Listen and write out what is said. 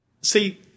see